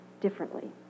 differently